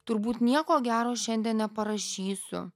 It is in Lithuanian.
turbūt nieko gero šiandien neparašysiu